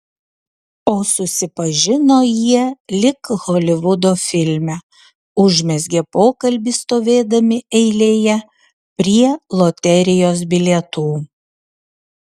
o susipažino jie lyg holivudo filme užmezgė pokalbį stovėdami eilėje prie loterijos bilietų